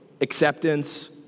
acceptance